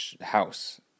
house